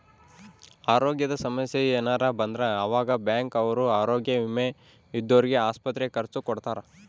ಅರೋಗ್ಯದ ಸಮಸ್ಸೆ ಯೆನರ ಬಂದ್ರ ಆವಾಗ ಬ್ಯಾಂಕ್ ಅವ್ರು ಆರೋಗ್ಯ ವಿಮೆ ಇದ್ದೊರ್ಗೆ ಆಸ್ಪತ್ರೆ ಖರ್ಚ ಕೊಡ್ತಾರ